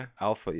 alpha